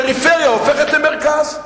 פריפריה הופכת למרכז.